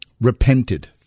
repented